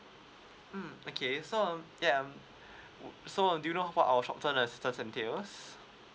mm okay so um ya um so err do you know of what our short term assistance entails